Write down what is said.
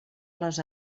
les